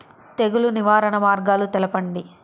తెగులు నివారణ మార్గాలు తెలపండి?